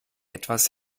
etwas